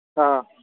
ꯑꯥ